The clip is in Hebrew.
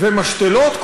משתלות,